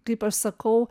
kaip aš sakau